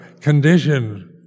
conditioned